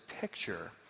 picture